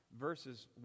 Verses